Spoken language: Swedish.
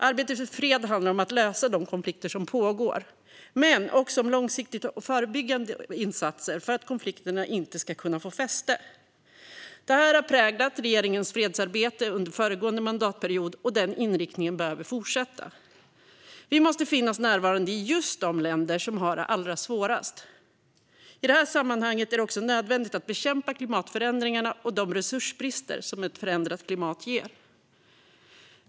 Arbetet för fred handlar om att lösa de konflikter som pågår men också om långsiktiga och förebyggande insatser för att konflikterna inte ska kunna få fäste. Detta präglade regeringens fredsarbete under föregående mandatperiod, och den inriktningen behöver fortsätta. Vi måste finnas närvarande i just de länder som har det allra svårast. I detta sammanhang är det också nödvändigt att bekämpa klimatförändringarna och de resursbrister ett förändrat klimat ger.